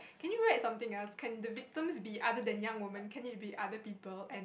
can you write something else can the victims be other than young woman can it be other people and